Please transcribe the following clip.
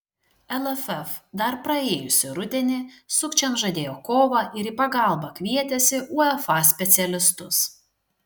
lff dar praėjusį rudenį sukčiams žadėjo kovą ir į pagalbą kvietėsi uefa specialistus